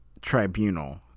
tribunal